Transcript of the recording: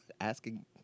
asking